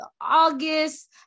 august